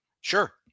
Sure